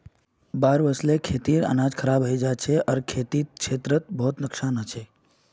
बाढ़ वस ल खेतेर अनाज खराब हई जा छेक आर कृषि क्षेत्रत खूब नुकसान ह छेक